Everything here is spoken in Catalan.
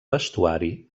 vestuari